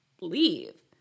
leave